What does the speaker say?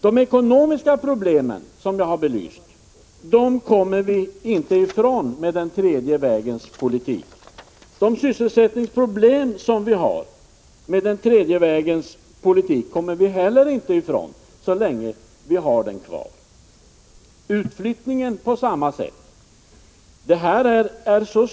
De ekonomiska problem som jag har belyst kommer vi inte ifrån med den tredje vägens politik. De sysselsättningsproblem som vi har med den tredje Prot. 1985/86:149 vägens politik kommer vi inte heller ifrån så länge vi har den politiken kvar. 22 maj 1986 På samma sätt är det beträffande utflyttningen.